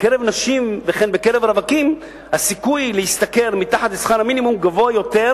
בקרב נשים וכן בקרב רווקים הסיכוי להשתכר מתחת לשכר המינימום גבוה יותר,